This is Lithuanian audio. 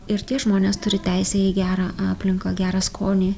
ir tie žmonės turi teisę į gerą aplinką gerą skonį